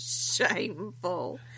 Shameful